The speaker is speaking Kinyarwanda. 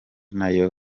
nayo